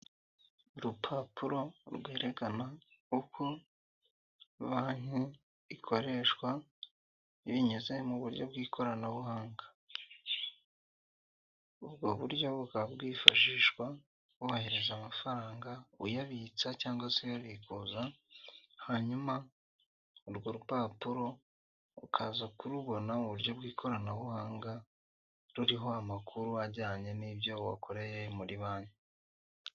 Urupapuro rwerekana uko banki ikoreshwa binyuze muburyo bwkoranabuhanga, ubwo buryo bwifashishwa wohereza amafaranga, uyabitsa cyangwa se uyabikuza hanyuma urwo rupapuro ukaza kurubona muburyo bw'ikoranabuhanga ruriho amakuru ajyanye wakoreye muri banki.